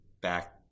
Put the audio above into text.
back